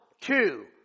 two